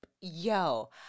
yo